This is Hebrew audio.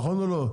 נכון או לא?